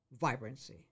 vibrancy